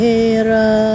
Hera